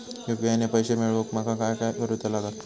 UPI ने पैशे मिळवूक माका काय करूचा लागात?